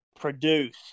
produce